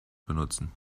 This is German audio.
benutzen